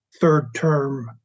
third-term